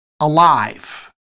alive